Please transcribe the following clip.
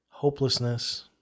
hopelessness